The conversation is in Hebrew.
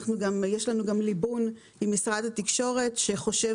יש לנו גם ליבון עם משרד התקשורת שחושב